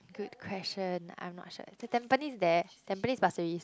good question I'm not sure it's the Tampines there Tampines Pasir-Ris